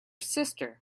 sister